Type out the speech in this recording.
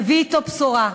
מביא אתו בשורה,